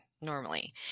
normally